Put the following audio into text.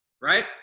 right